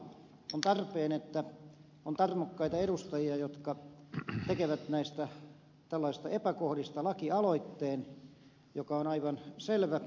on tarpeen että on tarmokkaita edustajia jotka tekevät tällaisista epäkohdista lakialoitteen kun epäkohta on aivan selvä